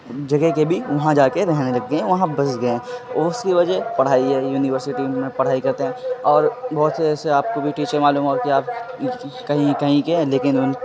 جگہ کے بھی وہاں جا کے رہنے لگ گئے ہیں وہاں بس گئے ہیں اس کی وجہ پڑھائی ہے یونیورسٹی میں پڑھائی کرتے ہیں اور بہت سے ایسے آپ کو بھی ٹیچر معلوم ہوگا کہ آپ کہیں کہیں کے ہیں لیکن ان